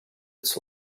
its